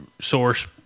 source